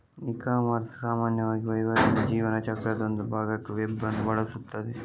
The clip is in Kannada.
ಇಕಾಮರ್ಸ್ ಸಾಮಾನ್ಯವಾಗಿ ವಹಿವಾಟಿನ ಜೀವನ ಚಕ್ರದ ಒಂದು ಭಾಗಕ್ಕೆ ವೆಬ್ ಅನ್ನು ಬಳಸುತ್ತದೆ